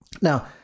Now